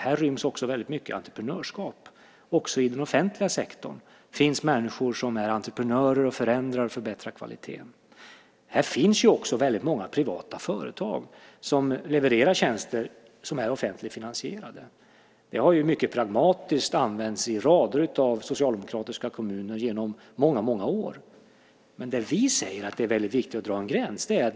Här ryms väldigt mycket entreprenörskap också i den offentliga sektorn. Det finns människor som är entreprenörer och förändrar och förbättrar kvaliteten. Här finns också väldigt många privata företag som levererar tjänster som är offentligt finansierade. Det har mycket pragmatiskt använts i rader av socialdemokratiska kommuner genom många år. Men vi säger att det är väldigt viktigt att dra en gräns.